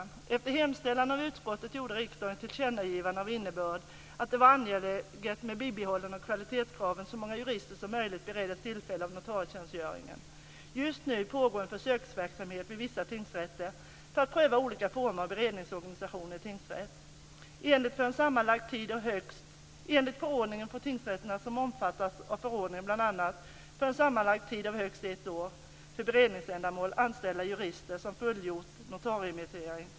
Efter hemställan av utskottet gjorde riksdagen ett tillkännagivande av innebörden att det var angeläget att, med bibehållande av kvalitetskraven, så många jurister som möjligt bereddes tillfälle till notarietjänstgöring. Just nu pågår en försöksverksamhet vid vissa tingsrätter för att pröva olika former av beredningsorganisation i tingsrätt. Enligt förordningen får tingsrätter som omfattas av förordningen bl.a. för en sammanlagd tid av högst ett år för beredningsändamål anställa jurister som fullgjort notariemeritering.